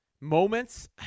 moments